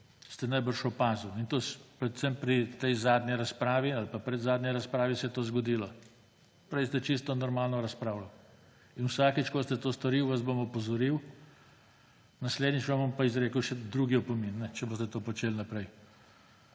ste najbrž opazili, predvsem pri tej zadnji razpravi ali pa predzadnji razpravi se je to zgodilo. Prej ste čisto normalno razpravljali. In vsakič, ko boste to storili, vas bom opozoril. Naslednjič vam bom pa izrekel še drugi opomin, če boste to počeli naprej.